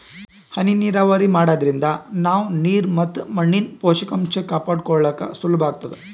ಹನಿ ನೀರಾವರಿ ಮಾಡಾದ್ರಿಂದ ನಾವ್ ನೀರ್ ಮತ್ ಮಣ್ಣಿನ್ ಪೋಷಕಾಂಷ ಕಾಪಾಡ್ಕೋಳಕ್ ಸುಲಭ್ ಆಗ್ತದಾ